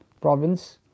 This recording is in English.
province